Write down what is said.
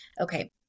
okay